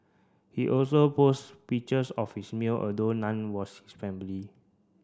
he also post pictures of his meal although none was his family